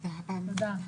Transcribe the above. תודה.